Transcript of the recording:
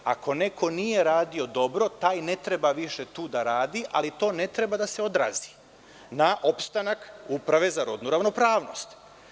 Ako neko nije radio dobro, taj ne treba više tu da radi, ali to ne treba da se odrazi na opstanak Uprave za rodnu ravnopravnost.